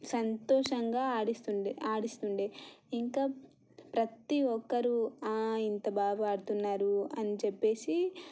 సంతోషంగా ఆడిస్తుండే ఆడిస్తుండే ఇంకా ప్రతీ ఒక్కరు ఇంత బాగా పాడుతున్నారు అని చెప్పేసి